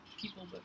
people